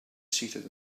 seated